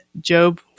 Job